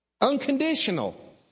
Unconditional